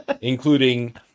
including